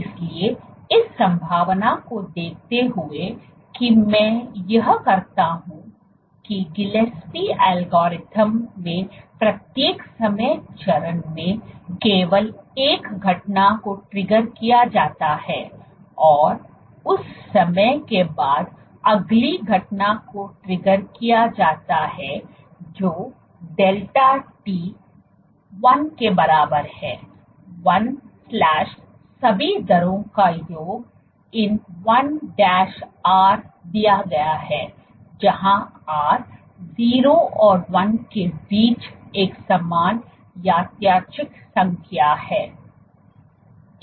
इसलिए इस संभावना को देखते हुए कि मैं यह करता हूं की गिलेस्पी एल्गोरिदम में प्रत्येक समय चरण में केवल एक घटना को ट्रिगर किया जाता है और उस समय के बाद अगली घटना को ट्रिगर किया जाता है जो delta t 1 के बराबर है 1 सभी दरों का योग ln1R दिया गया है जहां R 0 और 1 के बीच एक समान यादृच्छिक संख्या है